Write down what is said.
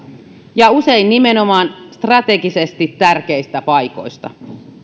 ja usein nimenomaan strategisesti tärkeistä paikoista